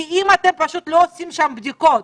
כי אם אתם פשוט לא עושים שם בדיקות,